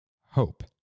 hope